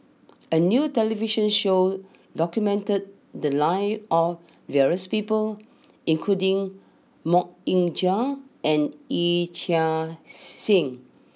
a new television show documented the lives of various people including Mok Ying Jang and Yee Chia Hsing